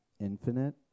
infinite